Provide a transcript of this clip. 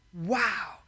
Wow